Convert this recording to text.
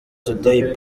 today